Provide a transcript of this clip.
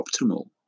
optimal